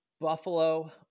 Buffalo